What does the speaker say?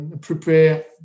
prepare